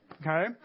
Okay